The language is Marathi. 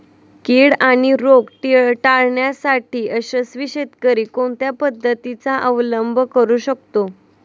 कीड आणि रोग टाळण्यासाठी यशस्वी शेतकरी कोणत्या पद्धतींचा अवलंब करू शकतो?